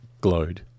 glowed